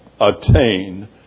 attain